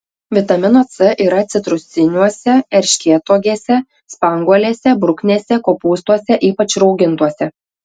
vitamino c yra citrusiniuose erškėtuogėse spanguolėse bruknėse kopūstuose ypač raugintuose